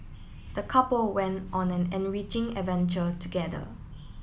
the couple went on an enriching adventure together